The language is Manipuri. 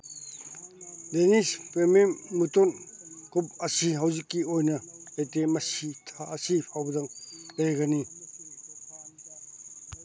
ꯗꯦꯅꯤꯁ ꯄ꯭ꯔꯤꯃꯤꯌꯝ ꯃꯨꯇꯨꯟ ꯀꯨꯞ ꯑꯁꯤ ꯍꯧꯖꯤꯛꯀꯤ ꯑꯣꯏꯅ ꯂꯩꯇꯦ ꯃꯁꯤ ꯊꯥ ꯑꯁꯤ ꯐꯥꯎꯕꯗ ꯂꯩꯒꯅꯤ